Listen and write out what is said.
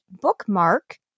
bookmark